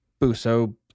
buso